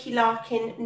larkin